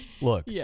look